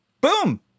Boom